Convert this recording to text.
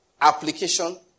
Application